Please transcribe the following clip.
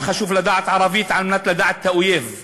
חשוב לדעת ערבית על מנת לדעת את האויב.